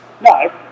No